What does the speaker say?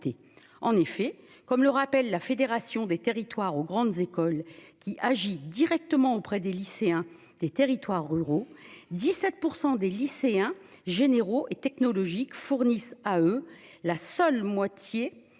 en effet, comme le rappelle la Fédération des territoires aux grandes écoles, qui agit directement auprès des lycéens, les territoires ruraux 17 % des lycéens généraux et technologiques fournissent à eux la seule moitié, seule